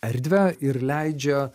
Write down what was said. erdvę ir leidžia